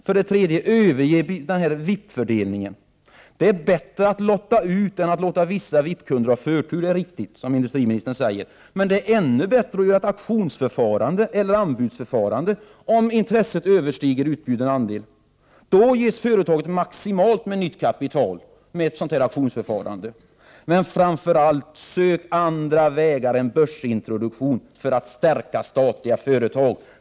För det tredje: Överge VIP-fördelningen. Det är bättre att lotta ut än att låta vissa VIP-kunder ha förtur. Det är riktigt som industriministern säger. Men det är ännu bättre att göra auktionsförfarande eller anbudsförfarande om intresset överstiger utbjuden andel. Då ges företaget maximalt med nytt kapital. Men sök framför allt andra vägar än börsintroduktion för att stärka statliga företag.